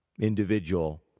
individual